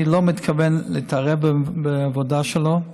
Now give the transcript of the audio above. אני לא מתכוון להתערב בעבודה שלו.